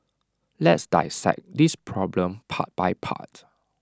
let's dissect this problem part by part